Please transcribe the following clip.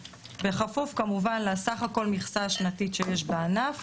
בכפוף, כמובן, לסך כל המכסה השנתית שיש בענף.